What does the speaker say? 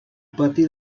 pati